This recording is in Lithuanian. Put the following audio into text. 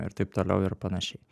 ir taip toliau ir panašiai